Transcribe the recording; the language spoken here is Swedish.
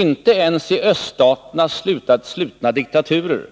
Inte ensi öststaternas slutna diktaturer